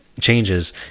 changes